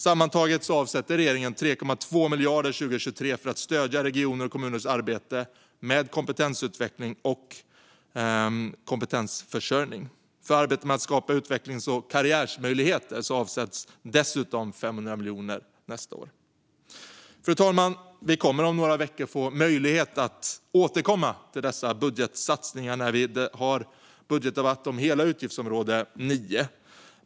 Sammantaget avsätter regeringen 3,2 miljarder 2023 för att stödja regioners och kommuners arbete med kompetensutveckling och kompetensförsörjning. För arbetet med att skapa utvecklings och karriärmöjligheter avsätts dessutom 500 miljoner nästa år. Fru talman! Vi kommer om några veckor att få möjlighet att återkomma till dessa budgetsatsningar när vi har budgetdebatt om hela utgiftsområde 9.